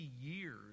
years